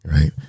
right